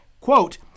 quote